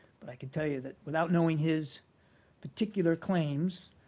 but i can tell you that without knowing his particular claims